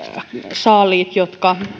saaliit jotka